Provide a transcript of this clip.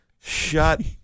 shut